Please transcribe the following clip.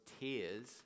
tears